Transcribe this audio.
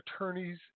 attorneys